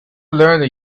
learned